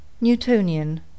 Newtonian